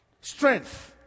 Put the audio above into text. Strength